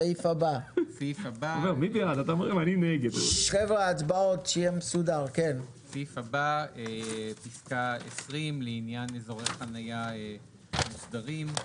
סעיף הבא: פיסקה 20 לעניין אזורי חנייה מוסדרים.